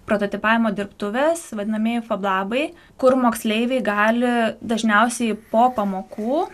prototipavimo dirbtuvės vadinamieji fablabai kur moksleiviai gali dažniausiai po pamokų